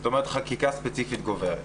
זאת אומרת, חקיקה ספציפית גוברת.